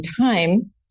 time